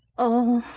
oh!